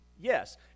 Yes